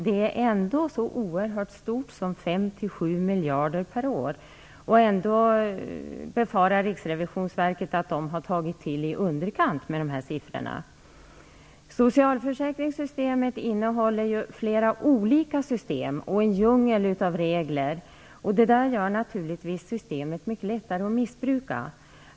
Det uppgår dock till så oerhört mycket som till 5,7 miljarder per år. Ändå befarar Riksrevisionsverket att siffrorna har tagits till i underkant. Socialförsäkringssystemet innehåller ju flera olika system och en djungel av regler. Det gör naturligtvis att det är mycket lättare att missbruka systemet.